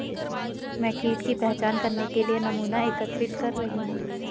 मैं कीट की पहचान करने के लिए नमूना एकत्रित कर रही हूँ